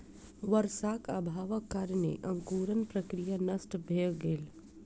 वर्षाक अभावक कारणेँ अंकुरण प्रक्रिया नष्ट भ गेल